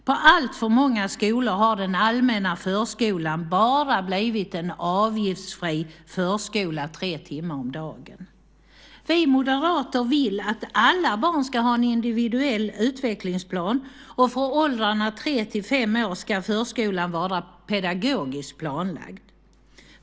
På alltför många skolor har den allmänna förskolan bara blivit en avgiftsfri förskola tre timmar om dagen. Vi moderater vill att alla barn ska ha en individuell utvecklingsplan, och för åldrarna tre-fem ska förskolan vara pedagogiskt planlagd.